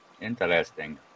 interesting